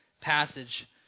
passage